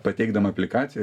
pateikdama aplikaciją